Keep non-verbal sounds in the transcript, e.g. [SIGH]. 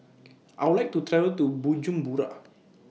[NOISE] I Would like to travel to Bujumbura